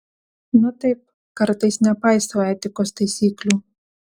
na taip kartais nepaisau etikos taisyklių